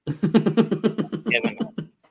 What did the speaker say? Kevin